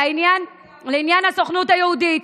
לעניין הסוכנות היהודית,